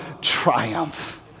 triumph